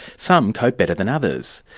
some cope better than others.